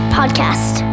Podcast